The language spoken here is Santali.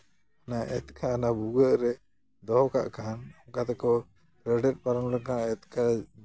ᱚᱱᱟ ᱮᱛᱠᱟ ᱚᱱᱟ ᱵᱷᱩᱜᱟᱹᱜ ᱨᱮ ᱫᱚᱦᱚ ᱠᱟᱜ ᱠᱷᱟᱱ ᱚᱱᱠᱟ ᱛᱮᱠᱚ ᱨᱮᱰᱮᱫ ᱯᱟᱨᱚᱢ ᱞᱮᱱᱠᱷᱟᱱ ᱮᱛᱠᱟ